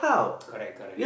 correct correct